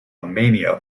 mania